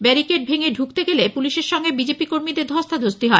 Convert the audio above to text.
barricade ভেঙে ঢুকতে গেলে পুলিশের সঙ্গে বিজেপি কর্মীদের ধস্তাধস্তি হয়